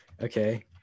okay